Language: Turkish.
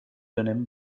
dönemi